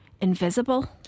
invisible